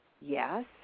Yes